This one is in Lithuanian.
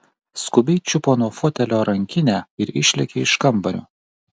skubiai čiupo nuo fotelio rankinę ir išlėkė iš kambario